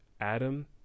Adam